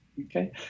Okay